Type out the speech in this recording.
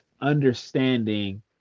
understanding